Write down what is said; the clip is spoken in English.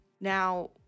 Now